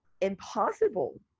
impossible